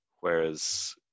Whereas